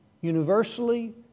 universally